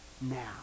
now